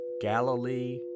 Galilee